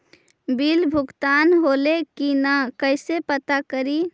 Bill भुगतान होले की न कैसे पता करी?